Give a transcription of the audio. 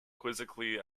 quizzically